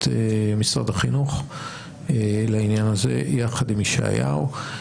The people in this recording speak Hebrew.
משרד החינוך לעניין הזה יחד עם ישעיהו.